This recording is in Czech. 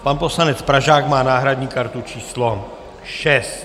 Pan poslanec Pražák má náhradní kartu číslo 6.